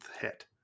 hit